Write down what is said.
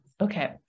okay